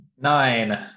Nine